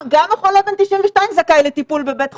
גם חולה בגיל 92 זכאי לטיפול בבית חולים.